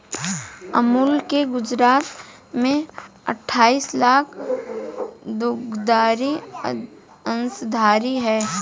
अमूल के गुजरात में अठाईस लाख दुग्धधारी अंशधारी है